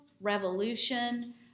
revolution